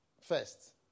first